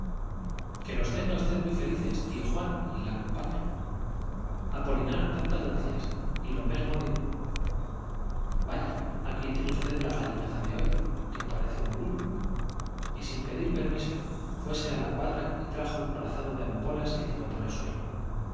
que los tenga felices tío juan y la usted muy compaña apolinar tantas gracias y lo mesmo digo vaya aquí tiene usted la gallinaza de hoy que parece un bruño y sin pedir permiso fuése á la cuadra y trajo un brazado dé amapolas que tiró por el suelo